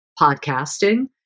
podcasting